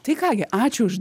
tai ką gi ačiū už